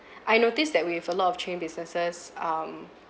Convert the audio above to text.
I noticed that we have a lot of chain businesses um